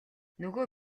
нөгөө